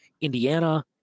Indiana